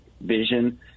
vision